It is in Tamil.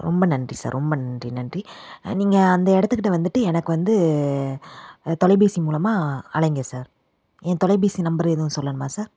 ரொம்ப நன்றி சார் ரொம்ப நன்றி நன்றி நன்றி நீங்க அந்த இடத்துக்கிட்ட வந்துட்டு எனக்கு வந்து தொலைபேசி மூலமாக அழைங்க சார் என் தொலைபேசி நம்பரு எதுவும் சொல்லணுமா சார்